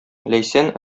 ләйсән